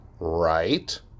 Right